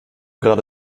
gerade